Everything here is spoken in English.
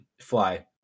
fly